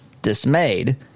dismayed